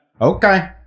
okay